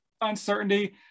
uncertainty